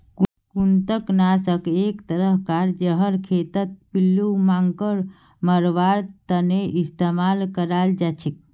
कृंतक नाशक एक तरह कार जहर खेतत पिल्लू मांकड़ मरवार तने इस्तेमाल कराल जाछेक